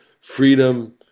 Freedom